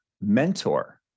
mentor